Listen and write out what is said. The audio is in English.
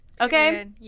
Okay